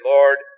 Lord